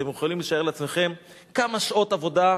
אתם יכולים לשער לעצמכם כמה שעות עבודה.